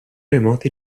remoti